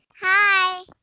Hi